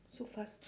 so fast